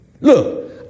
Look